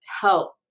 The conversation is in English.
help